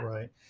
Right